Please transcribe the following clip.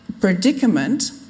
Predicament